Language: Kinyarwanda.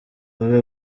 babe